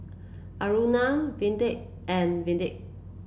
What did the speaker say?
Aruna Vedre and Vedre